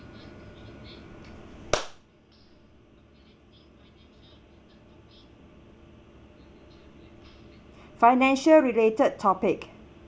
financial related topic